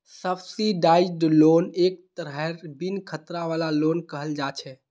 subsidised loan एक तरहेर बिन खतरा वाला लोन कहल जा छे